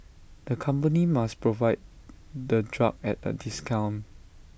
the company must provide the drug at A discount